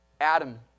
Adam